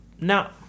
No